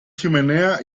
chimenea